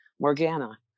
Morgana